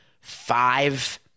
five